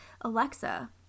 Alexa